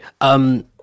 Um-